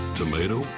tomato